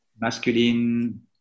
masculine